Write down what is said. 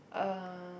uh